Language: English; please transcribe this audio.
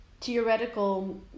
theoretical